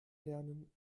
lernen